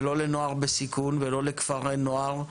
ולא לנוער בסיכון ולא לכפרי נוער,